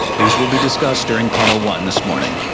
these will be discussed during panel one this morning.